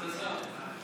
לא.